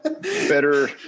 better